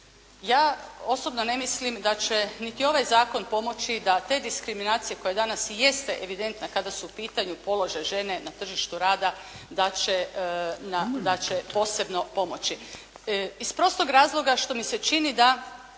Ja osobno ne mislim da će niti ovaj zakon pomoći da te diskriminacije koje danas jeste evidentno kada su u pitanju položaj žene na tržištu rada da će posebno pomoći iz prostog razloga što mi se čini da